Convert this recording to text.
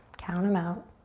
count em out.